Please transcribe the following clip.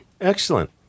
Excellent